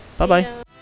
Bye-bye